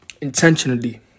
intentionally